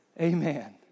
Amen